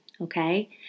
okay